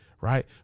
right